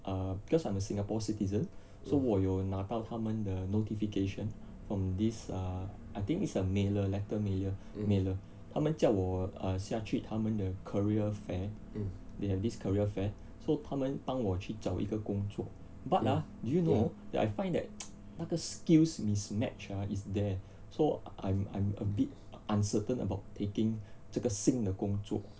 uh because I'm a singapore citizen so 我有拿到他们的 notification from this err I think it's a mailer letter mailer mailer 他们叫我下去他们的 career fair they have this career fair so 他们帮我去找一个工作 but ah do you know that I find that 那个 skills mismatch ah is there so I'm I'm a bit uncertain about taking 这个新的工作